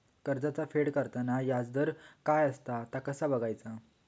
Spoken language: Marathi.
कर्जाचा फेड करताना याजदर काय असा ता कसा बगायचा?